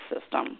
system